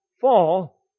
fall